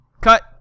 cut